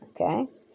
Okay